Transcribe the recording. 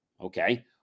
Okay